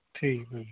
ਠੀਕ ਆ ਜੀ